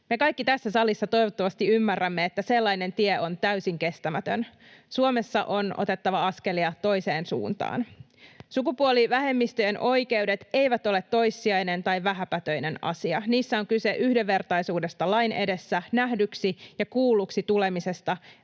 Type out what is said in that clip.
Me kaikki tässä salissa toivottavasti ymmärrämme, että sellainen tie on täysin kestämätön. Suomessa on otettava askelia toiseen suuntaan. Sukupuolivähemmistöjen oikeudet eivät ole toissijainen tai vähäpätöinen asia. Niissä on kyse yhdenvertaisuudesta lain edessä, nähdyksi ja kuulluksi tulemisesta